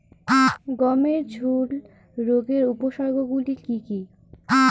গমের ঝুল রোগের উপসর্গগুলি কী কী?